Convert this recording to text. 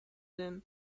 them